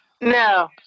No